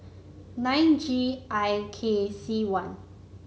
nine G I K C one